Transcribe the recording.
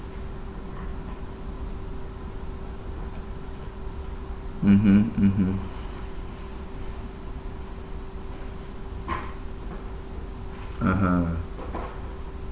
mmhmm mmhmm (uh huh)